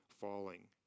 falling